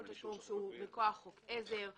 כל תשלום שהוא מכוח חוק עזר.